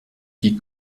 die